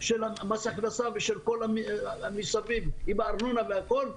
של מס הכנסה ושל כל מה שמסביב עם הארנונה והכול,